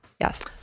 Yes